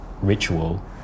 ritual